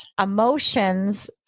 Emotions